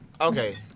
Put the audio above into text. Okay